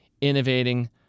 innovating